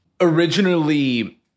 originally